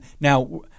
Now